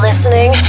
listening